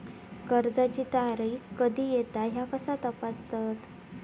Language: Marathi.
कर्जाची तारीख कधी येता ह्या कसा तपासतत?